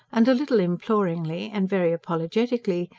and a little imploringly, and very apologetically,